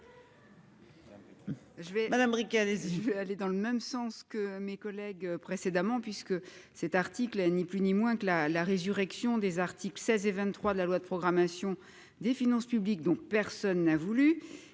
Madame brigade et il aller dans le même sens que mes collègues précédemment, puisque cet article ni plus ni moins que la la résurrection des articles 16 et 23 de la loi de programmation des finances publiques dont personne n'a voulu.